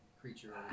creature